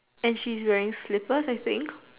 and she's wearing slippers I think